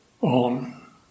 on